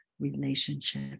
relationship